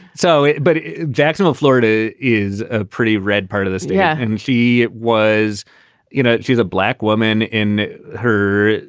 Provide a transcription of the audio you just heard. so but jacksonville, florida is a pretty red part of this. yeah. and she was you know, she's a black woman in her,